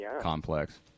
complex